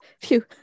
Phew